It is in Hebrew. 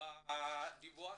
בדיווח